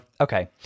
Okay